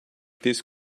this